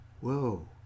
whoa